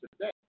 today